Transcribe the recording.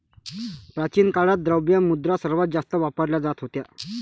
प्राचीन काळात, द्रव्य मुद्रा सर्वात जास्त वापरला जात होता